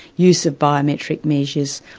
use of biometric measures,